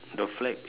the flag